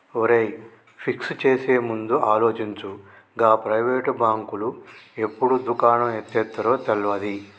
ఒరేయ్, ఫిక్స్ చేసేముందు ఆలోచించు, గా ప్రైవేటు బాంకులు ఎప్పుడు దుకాణం ఎత్తేత్తరో తెల్వది